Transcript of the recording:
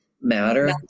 matter